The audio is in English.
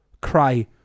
Cry